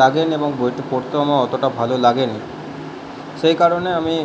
লাগে নি এবং বইটি পড়তেও আমার অতটা ভালো লাগে নি সেই কারণে আমি